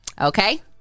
Okay